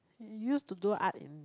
use to do art in